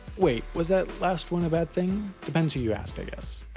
wait was that last one a bad thing? depends who you ask i guess.